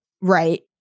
right